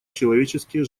человеческие